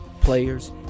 players